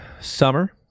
Summer